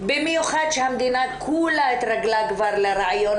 במיוחד כשהמדינה כולה התרגלה כבר לרעיון